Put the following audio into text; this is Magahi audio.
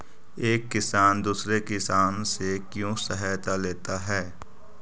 एक किसान दूसरे किसान से क्यों सहायता लेता है?